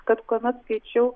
kad kuomet skaičiau